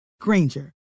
Granger